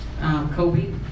Kobe